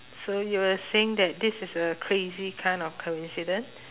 so you were saying that this is a crazy kind of coincidence